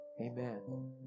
Amen